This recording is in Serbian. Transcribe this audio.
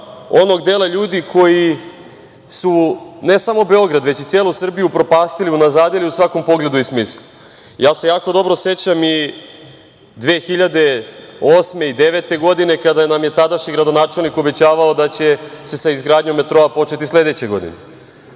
onog dela ljudi koji su ne samo Beograd, već i celu Srbiju upropastili i unazadili u svakom pogledu i smislu. Ja se jako dobro sećam i 2008. i 2009. godine, kada nam je tadašnji gradonačelnik obećavao da će se sa izgradnjom metroa početi sledeće godine,